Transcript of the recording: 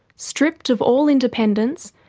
stripped of all independence,